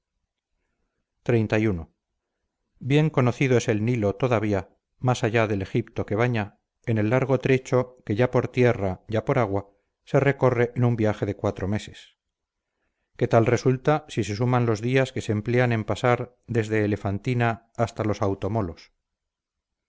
ejemplo xxxi bien conocido es el nilo todavía más allá del egipto que baña en el largo trecho que ya por tierra ya por agua se recorre en un viaje de cuatro meses que tal resulta si se suman los días que se emplean en pasar desde elefantina hasta los